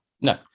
no